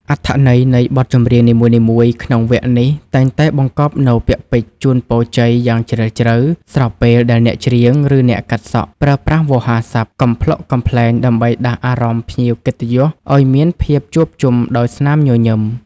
អត្ថន័យនៃបទចម្រៀងនីមួយៗក្នុងវគ្គនេះ តែងតែបង្កប់នូវពាក្យពេចន៍ជូនពរជ័យយ៉ាងជ្រាលជ្រៅ ស្របពេលដែលអ្នកច្រៀង ឬអ្នកកាត់សក់ ប្រើប្រាស់វោហារស័ព្ទកំប្លុកកំប្លែងដើម្បីដាស់អារម្មណ៍ភ្ញៀវកិត្តិយសឱ្យមានភាពជួបជុំដោយស្នាមញញឹម។